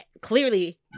Clearly